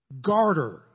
Garter